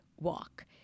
walk